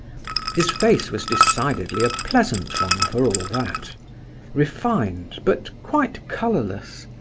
his face was decidedly a pleasant one for all that refined, but quite colourless,